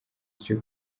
cyo